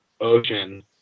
ocean